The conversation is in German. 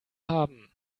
haben